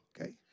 Okay